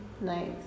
Nice